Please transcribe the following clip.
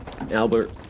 Albert